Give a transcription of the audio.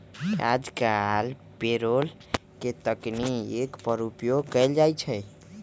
याजकाल पेरोल के तकनीक पर उपयोग कएल जाइ छइ